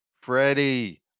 Freddie